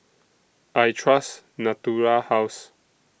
I Trust Natura House